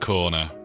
Corner